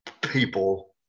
people